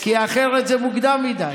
כי אחרת זה מוקדם מדי.